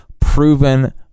proven